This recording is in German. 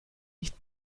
nicht